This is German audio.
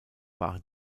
waren